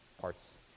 parts